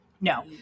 No